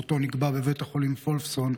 מותו נקבע בבית החולים וולפסון,